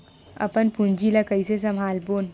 अपन पूंजी ला कइसे संभालबोन?